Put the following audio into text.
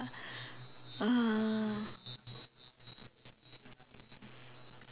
uh